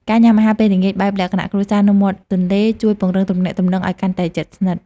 ការញ៉ាំអាហារពេលល្ងាចបែបលក្ខណៈគ្រួសារនៅមាត់ទន្លេ ជួយពង្រឹងទំនាក់ទំនងឱ្យកាន់តែជិតស្និទ្ធ។